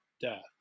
death